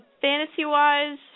Fantasy-wise